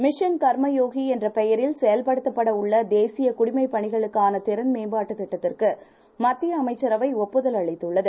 Mission Karmayogi என்றபெயரில்செயல்படுத்தப்படஉள்ளதேசியகுடிமைப்பணிகளுக்கானதிறன்மேம் பாட்டுதிட்டத்திற்குமத்தியஅமைச்சரவைஒப்புதல்அளித்துள்ளது